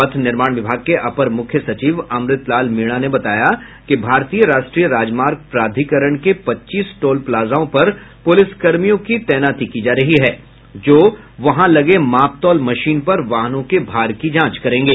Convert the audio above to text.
पथ निर्माण विभाग के अपर मुख्य सचिव अमृत लाल मीणा ने बताया कि भारतीय राष्ट्रीय राजमार्ग प्राधिकरण के पच्चीस टोल प्लाजाओं पर पुलिसकर्मियों की तैनाती की जा रही है जो वहां लगे मापतौल मशीन पर वाहनों के भार की जांच करेंगे